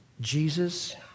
Jesus